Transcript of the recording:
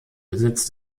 besitz